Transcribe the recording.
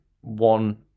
one